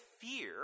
fear